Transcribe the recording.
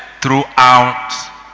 throughout